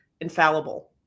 infallible